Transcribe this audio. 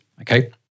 Okay